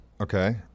Okay